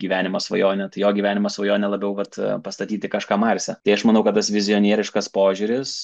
gyvenimo svajonė tai jo gyvenimo svajonė labiau vat pastatyti kažką marse tai aš manau kad tas vizionieriškas požiūris